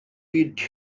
byd